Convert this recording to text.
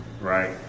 right